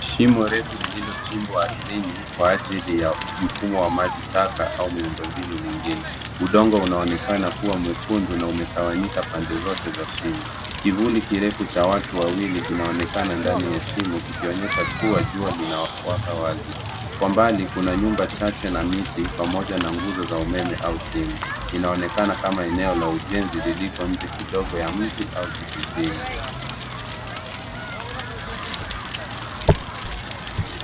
Shimo refu lililochimbwa ardhini kwa ajili ya mfumo wa maji taka au miundombinu mingine. Udongo unaonekana kuwa mwekundu na umetawanyika pande zote za shimo. Kivuli kirefu cha watu wawili kinaonekana ndani ya shimo, kikionyesha kuwa jua linawaka wazi. Kwa mbali, kuna nyumba chache na miti, pamoja na nguzo za umeme au simu. Inaonekana kama eneo la ujenzi lililo nje kidogo ya mji au kijijini.